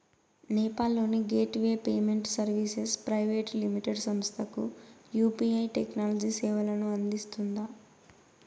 నేపాల్ లోని gateway payment services private limited సంస్థకు UPI technology సేవలను అందిస్తుందా?